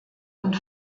und